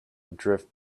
drift